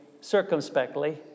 circumspectly